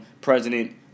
president